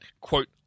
quote